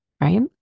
right